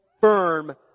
firm